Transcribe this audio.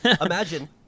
imagine